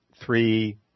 three